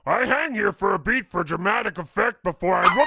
i hang here for a beat for dramatic effect before i.